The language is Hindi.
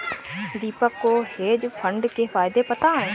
दीपक को हेज फंड के फायदे पता है